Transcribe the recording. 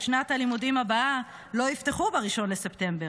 שנת הלימודים הבאה לא יפתחו ב-1 בספטמבר.